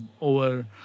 over